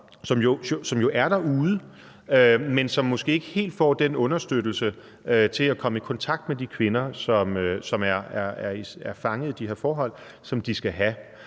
som er derude, men som måske ikke helt får den understøttelse, som de skal have, til at komme i kontakt med de kvinder, som er fanget i de her forhold, og det gælder